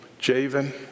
Javen